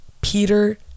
Peter